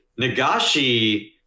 Nagashi